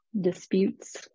disputes